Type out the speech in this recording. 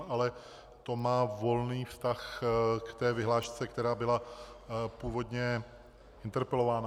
Ale to má volný vztah k té vyhlášce, která byla původně interpelována.